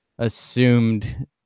assumed